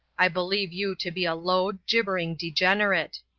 i believe you to be a low, gibbering degenerate.